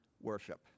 worship